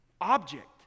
object